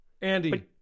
Andy